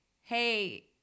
hey